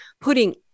putting